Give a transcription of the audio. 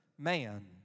Man